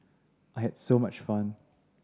I had so much fun